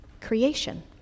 creation